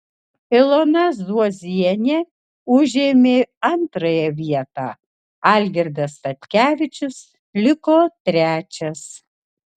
ilona zuozienė užėmė antrąją vietą algirdas statkevičius liko trečias